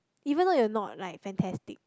even though they are not like fantastic